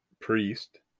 priest